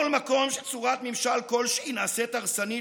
כל מקום שצורת ממשל כלשהי נעשית הרסנית